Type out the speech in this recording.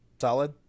Solid